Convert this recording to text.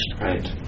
Right